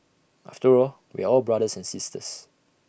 after all we are all brothers and sisters